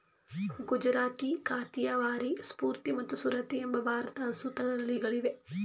ಗುಜರಾತಿ, ಕಾಥಿಯವಾರಿ, ಸೂರ್ತಿ ಮತ್ತು ಸುರತಿ ಎಂಬ ಭಾರದ ಹಸು ತಳಿಗಳಿವೆ